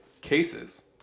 cases